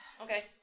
Okay